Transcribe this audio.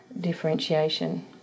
differentiation